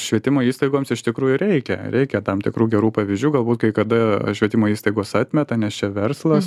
švietimo įstaigoms iš tikrųjų reikia reikia tam tikrų gerų pavyzdžių galbūt kai kada švietimo įstaigos atmeta nes čia verslas